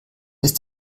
ist